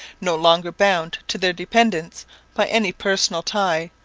no longer bound to their dependants by any personal tie,